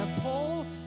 paul